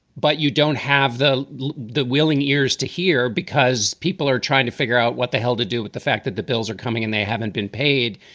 but you don't have the the willing ears to hear because people are trying to figure out what the hell to do with the fact that the bills are coming in, they haven't been paid.